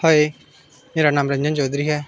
हाय मेरा नांऽ रंजन चौधरी ऐ